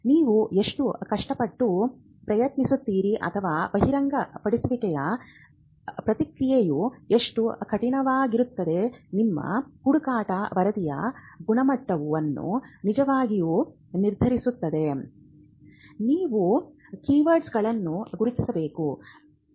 ನೀವು ಎಷ್ಟು ಕಷ್ಟಪಟ್ಟು ಪ್ರಯತ್ನಿಸುತ್ತೀರಿ ಅಥವಾ ಬಹಿರಂಗಪಡಿಸುವಿಕೆಯ ಪ್ರಕ್ರಿಯೆಯು ಎಷ್ಟು ಕಠಿಣವಾಗಿರುತ್ತದೆ ನಿಮ್ಮ ಹುಡುಕಾಟ ವರದಿಯ ಗುಣಮಟ್ಟವನ್ನು ನಿಜವಾಗಿಯೂ ನಿರ್ಧರಿಸುತ್ತದೆ ನೀವು ಕೀವರ್ಡ್ಗಳನ್ನುKeyword's ಗುರುತಿಸಬೇಕು